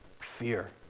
fear